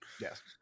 yes